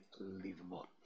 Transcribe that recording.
unbelievable